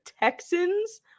Texans